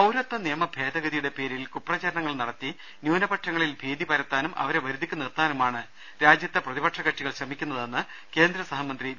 പൌരത്വ നിയമ ഭേദഗതിയുടെ പേരിൽ കുപ്രചാരണങ്ങൾ നടത്തി ന്യൂനപക്ഷങ്ങളിൽ ഭീതി പരത്താനും അവരെ വരുതിക്കു നിർത്താനുമാണ് രാജ്യത്തെ പ്രതിപക്ഷ കക്ഷികൾ ശ്രമിക്കുന്നതെന്ന് കേന്ദ്ര സഹമന്ത്രി വി